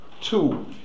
two